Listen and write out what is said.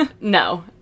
No